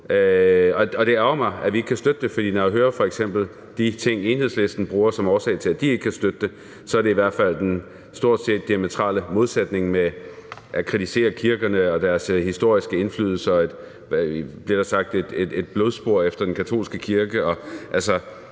Det ærgrer mig, at vi ikke kan støtte det, for når jeg hører f.eks. de ting, Enhedslisten bruger som årsag til, at de ikke kan støtte det, så er det i hvert fald den stort set diametrale modsætning. Man kritiserer kirkerne og deres historiske indflydelse – og et blodspor efter den katolske kirke,